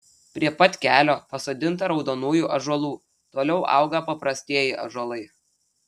prie pat kelio pasodinta raudonųjų ąžuolų toliau auga paprastieji ąžuolai